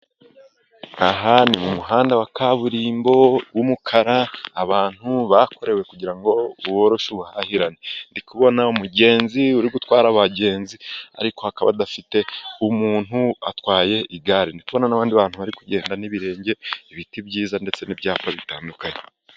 Aha ni mu muhanda wa kaburimbo w'umukara abantu bakorewe, kugira ngo woroshye ubuhahirane ndi kubona umugenzi uri gutwara abagenzi, ariko akaba adafite umuntu, atwaye igare. Ndi kubona n'abandi bantu bari kugenda n'ibirenge, ibiti byiza ndetse n'ibyapa bitandukanye.